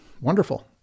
wonderful